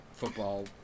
football